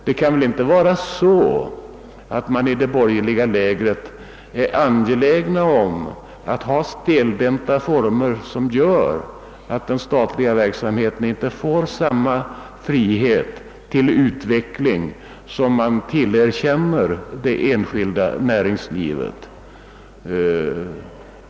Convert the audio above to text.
Det kan väl inte vara så, att man är angelägen om att behålla stelbenta former för den statliga verksamheten, vilka skulle göra att den statliga verksamheten inte får samma frihet till utveckling som man tillerkänner det enskilda näringslivet?